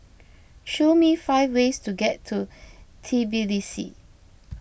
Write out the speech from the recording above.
show me five ways to get to Tbilisi